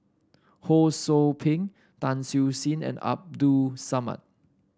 Ho Sou Ping Tan Siew Sin and Abdul Samad